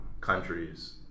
countries